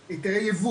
אז היתרי הייבוא,